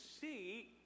see